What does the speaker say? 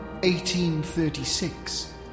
1836